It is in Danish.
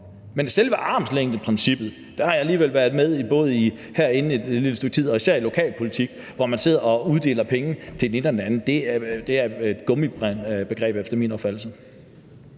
Men selve armslængdeprincippet – jeg har alligevel været med både herinde i et lille stykke tid og især i lokalpolitik, hvor man sidder og uddeler penge til det ene og det andet – er et gummibegreb efter min opfattelse.